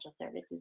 services